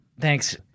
Thanks